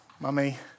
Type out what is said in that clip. Mummy